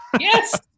Yes